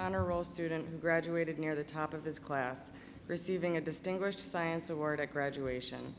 honor roll student who graduated near the top of his class receiving a distinguished science award at graduation